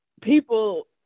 people